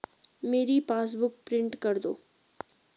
मेरी passbook print कर दो